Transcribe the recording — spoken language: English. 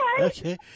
Okay